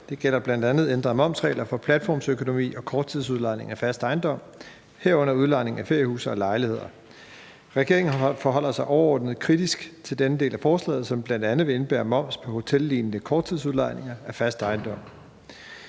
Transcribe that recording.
Det gælder bl.a. ændrede momsregler for platformsøkonomi og korttidsudlejning af fast ejendom, herunder udlejning af feriehuse og lejligheder. Regeringen forholder sig overordnet kritisk til denne del af forslaget, som bl.a. vil indebære moms på hotellignende korttidsudlejning af fast ejendom.